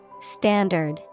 Standard